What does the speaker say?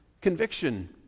conviction